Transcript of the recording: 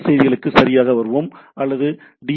S செய்திகளுக்கு சரியாக வருவோம் அல்லது டி